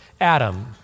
Adam